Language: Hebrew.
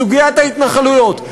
סוגיית ההתנחלויות,